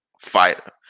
fighter